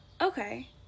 okay